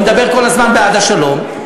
והוא מדבר כל הזמן בעד השלום,